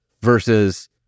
versus